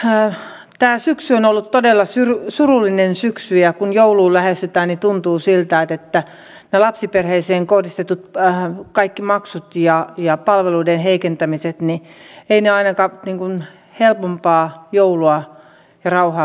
tämä syksy on ollut todella surullinen syksy ja kun joulua lähestytään niin tuntuu siltä että ne lapsiperheisiin kohdistetut kaikki maksut ja palveluiden heikentämiset eivät ainakaan helpompaa joulua ja rauhaa perheille tuo